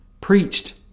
preached